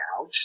out